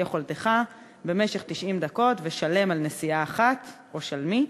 יכולתך במשך 90 דקות ושלם על נסיעה אחת" או שלמי,